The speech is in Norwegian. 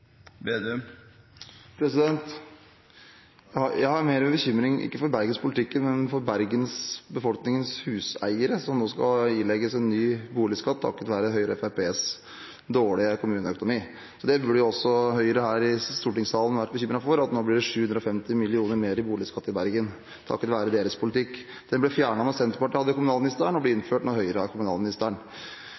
Jeg har ikke bekymring for bergenspolitikken, men mer for bergensbefolkningens huseiere, som nå skal ilegges en ny boligskatt, takket være Høyre og Fremskrittspartiets dårlige kommuneøkonomi. Høyre her i stortingssalen burde også vært bekymret for at det nå blir 750 mill. kr mer i boligskatt i Bergen takket være deres politikk. Den ble fjernet da Senterpartiet hadde kommunalministeren og blir innført når Høyre har kommunalministeren.